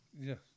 Yes